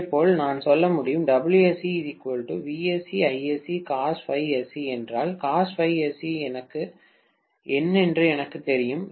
இதேபோல் நான் சொல்ல முடியும் என்றால் என்ன என்று எனக்குத் தெரியும்